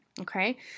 Okay